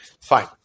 fine